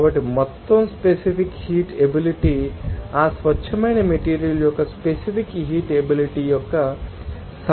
కాబట్టి మొత్తం specific heat ability ఆ స్వచ్ఛమైన మెటీరియల్ యొక్క స్పెసిఫిక్ హీట్ ఎబిలిటీ యొక్క సమ్మేషన్ అని మీరు నిర్వచించగలరు